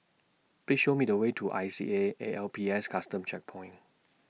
Please Show Me The Way to I C A A L P S Custom Checkpoint